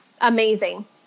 amazing